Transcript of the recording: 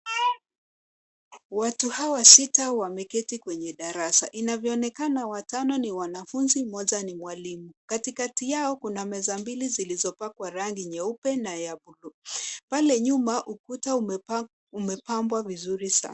Watu hawa sita wameketi kwenye darasa. Inavyoonekana, watano ni wanafunzi, mmoja ni mwalimu. Katikati yao kuna meza mbili zilizopakwa rangi nyeupe na ya buluu. Pale nyuma ukuta umepambwa vizuri sana.